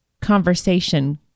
conversation